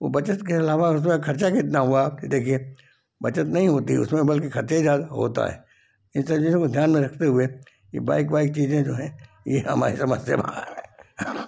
वो बचत के अलावा उसमें खर्चा कितना हुआ कि देखिए बचत नहीं होती है उसमें बल्कि खर्चे ही ज्यादा होता है इन सब चीजों को ध्यान में रखते हुए ये बाइक वाइक चीजें जो हैं ये हमारे समझ से बाहर हैं